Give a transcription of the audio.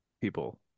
people